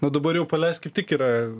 o dabar jau paleist kaip tik yra